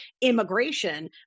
immigration